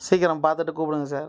சீக்கிரம் பார்த்துட்டு கூப்பிடுங்க சார்